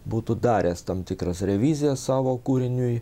būtų daręs tam tikras revizijas savo kūriniui